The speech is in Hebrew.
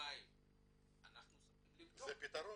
אנחנו צריכים לבדוק --- זה פתרון.